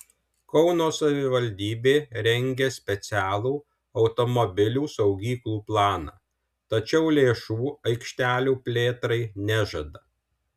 kauno savivaldybė rengia specialų automobilių saugyklų planą tačiau lėšų aikštelių plėtrai nežada